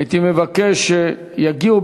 הייתי מבקש שיגיעו,